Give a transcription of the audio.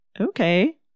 Okay